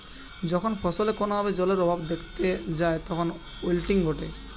যখন ফসলে কোনো ভাবে জলের অভাব দেখাত যায় তখন উইল্টিং ঘটে